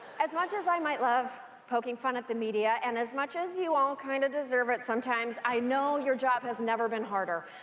as much as i might love poking fun at the media and as much as you all kind of deserve it sometimes i your job has never been harder.